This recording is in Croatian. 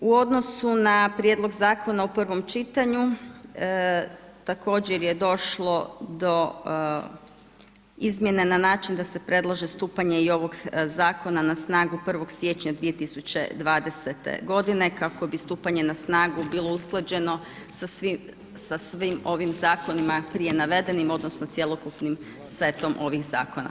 U odnosu na prijedlog zakona u prvom čitanju također je došlo do izmjene na način da se predlaže stupanje i ovog zakona na snagu 1. siječnja 2020. godine kako bi stupanje na snagu bilo usklađeno sa svim ovim zakonima prije navedenim odnosno cjelokupnim setom ovih zakona.